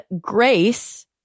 Grace